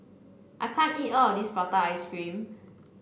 I can't eat all of this Prata Ice Cream